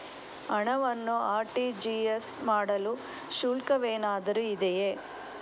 ಹಣವನ್ನು ಆರ್.ಟಿ.ಜಿ.ಎಸ್ ಮಾಡಲು ಶುಲ್ಕವೇನಾದರೂ ಇದೆಯೇ?